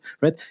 right